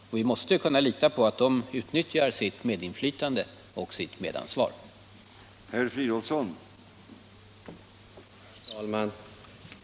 Och vi måste kunna lita på att facket utnyttjar sitt medinflytande och sitt medansvar. Om negativa till företag 160